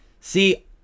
see